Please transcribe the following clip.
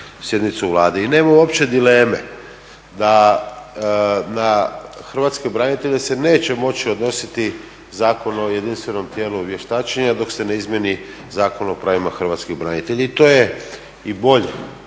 I nema uopće dileme da na Hrvatske branitelje se neće moći odnositi Zakon o jedinstvenom tijelu vještačenja dok se ne izmjeni Zakon o pravima Hrvatskih branitelja. I to je i bolje